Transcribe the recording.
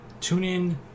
TuneIn